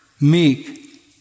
meek